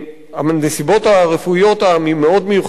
הנסיבות הרפואיות המאוד-מיוחדות יכולות